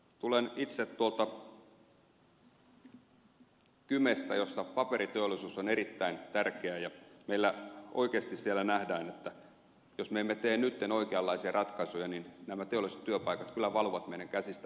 tulen itse tuolta kymestä missä paperiteollisuus on erittäin tärkeää ja meillä oikeasti siellä nähdään että jos me emme tee nyt oikeanlaisia ratkaisuja niin nämä teolliset työpaikat kyllä valuvat meidän käsistämme pois